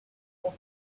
for